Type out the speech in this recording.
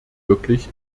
wirklich